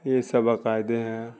یہ سب عقائد ہیں